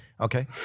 Okay